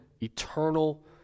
eternal